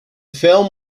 film